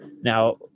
Now